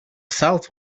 south